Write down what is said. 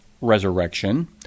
resurrection